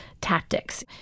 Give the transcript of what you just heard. tactics